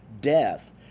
death